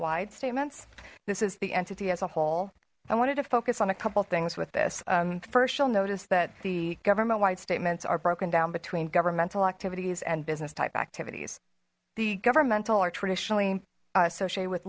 wide statements this is the entity as a whole i wanted to focus on a couple things with this first you'll notice that the government wide statements are broken down between governmental activities and business type activities the governmental are traditionally associated with